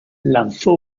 lanzó